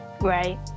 right